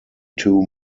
two